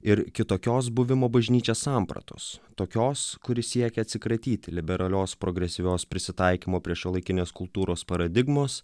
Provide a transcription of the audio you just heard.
ir kitokios buvimo bažnyčia sampratos tokios kuri siekia atsikratyti liberalios progresyvios prisitaikymo prie šiuolaikinės kultūros paradigmos